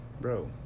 Bro